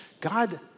God